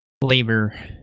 Flavor